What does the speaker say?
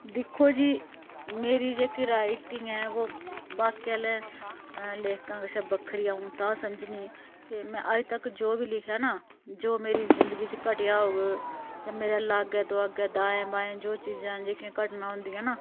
दिक्खो जी मेरी जेह्की राइटिंग ऐ ओह् बाकी आह्ले लेखकें कशा बक्खरी आ'ऊं तां समझनी के में अज्ज तक जो बी लिखेआ नां जो मेरी जिंदगी च घटेआ होग जां मेरे लागै दोआगै दाएं बाएं जो चीजां जेह्कियां घटनां होंदियां नां